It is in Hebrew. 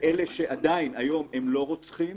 ואלה שעדיין היום הם לא רוצחים,